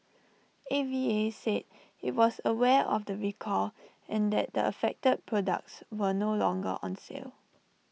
A V A said IT was aware of the recall and that the affected products were no longer on sale